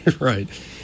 Right